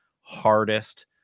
hardest